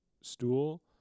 stool